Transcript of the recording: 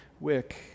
wick